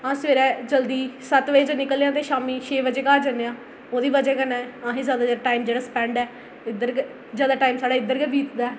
अस सवेरे जल्दी सत्त बजे तक्कर निकलने आं ते शामीं छे बजे घर जन्ने आं ओह्दी वजह् कन्नै असें जैदा टाइम जेह्ड़ा स्पैंड इद्धर जैदा टाइम साढ़ा इद्धर गै बीतदा ऐ